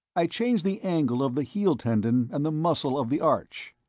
i changed the angle of the heel tendon and the muscle of the arch.